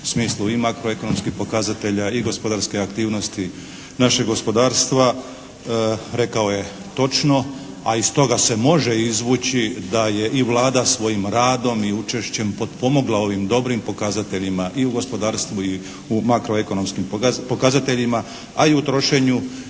u smislu i makroekonomskih pokazatelja i gospodarske aktivnosti našeg gospodarstva, rekao je točno, a iz toga se može izvući da je i Vlada svojim radom i učešćem potpomogla ovim dobrim pokazateljima i u gospodarstvu i u makroekonomskim pokazateljima, a i u trošenju